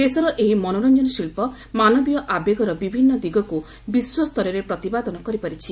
ଦେଶର ଏହି ମନୋରଞ୍ଜନ ଶିଳ୍ପ ମାନବୀୟ ଆବେଗର ବିଭିନ୍ନ ଦିଗକୁ ବିଶ୍ୱସ୍ତରରେ ପ୍ରତିପାଦନ କରିପାରିଛି